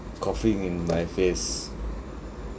coughing in my face